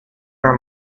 are